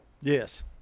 Yes